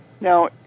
Now